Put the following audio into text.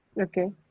okay